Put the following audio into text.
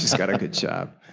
got a good job.